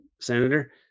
Senator